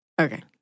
Okay